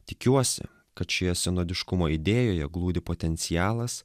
tikiuosi kad šioje senodiškumo idėjoje glūdi potencialas